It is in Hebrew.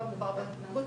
לא מדובר בבעיות התנהגות,